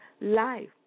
life